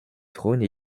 trône